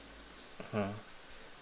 mmhmm